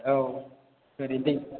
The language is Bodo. औ ओरै दै